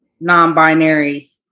non-binary